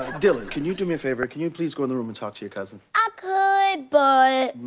dylan, can you do me a favor? can you please go in the room and talk to your cousin? i could but.